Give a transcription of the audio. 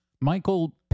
Michael